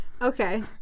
Okay